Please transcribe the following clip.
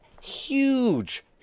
huge